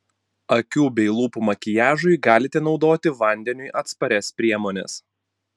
akių bei lūpų makiažui galite naudoti vandeniui atsparias priemones